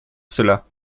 cela